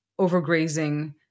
overgrazing